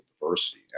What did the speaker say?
diversity